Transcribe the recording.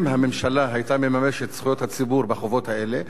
אם הממשלה היתה מממשת את זכויות הציבור בחובות האלה,